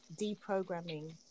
deprogramming